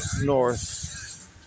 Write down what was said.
north